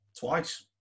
twice